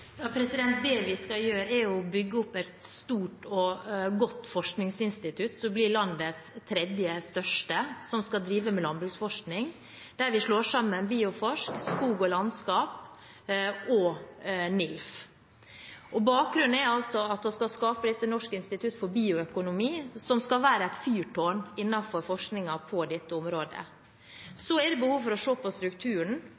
Det vi skal gjøre, er å bygge opp et stort og godt forskningsinstitutt som blir landets tredje største, som skal drive med landbruksforskning, der vi slår sammen Bioforsk, Skog og landskap og NILF. Bakgrunnen er altså at vi skal skape et forskningsinstitutt, Norsk institutt for bioøkonomi, som skal være et fyrtårn innenfor forskningen på dette området. Så er det behov for å se på strukturen,